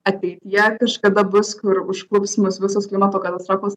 ateityje kažkada bus kur užklups mus visos klimato katastrofos